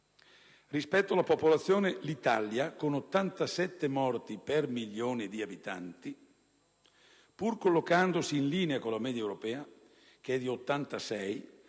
sono i Paesi dell'Est. L'Italia, con 87 morti per milione di abitanti, pur collocandosi in linea con la media europea, che è di 86